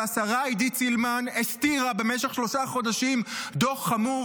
שהשרה עידית סילמן הסתירה במשך שלושה חודשים דוח חמור